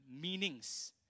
meanings